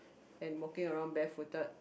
and walking around bare footed